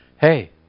hey